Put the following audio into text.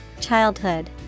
Childhood